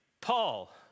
Paul